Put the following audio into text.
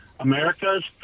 america's